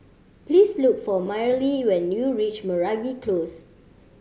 please look for Myrle when you reach Meragi Close